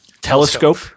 telescope